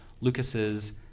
Lucas's